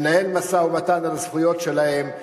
לנהל משא-ומתן על הזכויות שלהם,